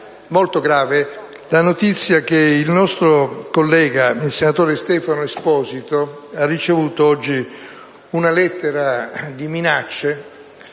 Grazie,